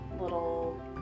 little